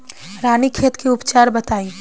रानीखेत के उपचार बताई?